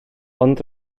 ond